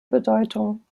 bedeutung